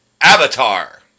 Avatar